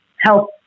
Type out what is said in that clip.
help